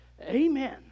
Amen